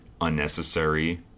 unnecessary